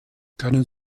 können